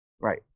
Right